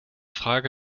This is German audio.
frage